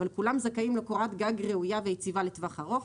אבל כולם זכאים לקורת גג ראויה ויציבה לטווח ארוך.